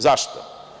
Zašto?